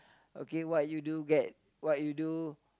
okay what you do get what you do